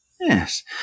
Yes